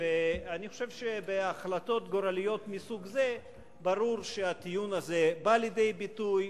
ואני חושב שבהחלטות גורליות מסוג זה ברור שהטיעון הזה בא לידי ביטוי,